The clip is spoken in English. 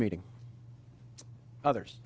meeting others